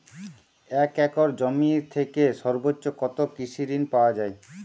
এক একর জমি থেকে সর্বোচ্চ কত কৃষিঋণ পাওয়া য়ায়?